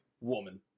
woman